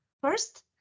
First